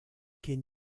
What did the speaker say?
can